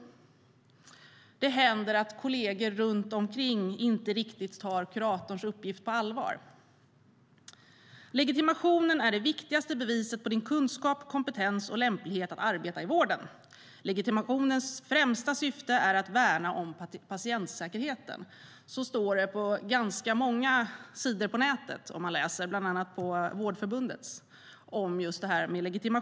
Det händer också att kollegorna inte riktigt tar kuratorns uppgift på allvar. "Legitimationen är det viktigaste beviset på din kunskap, kompetens och lämplighet att arbeta i vården. Legitimationens främsta syfte är att värna om patientsäkerheten." Så står det på ganska många hemsidor på nätet, bland annat Vårdförbundets.